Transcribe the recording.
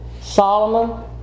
Solomon